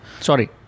Sorry